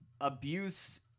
abuse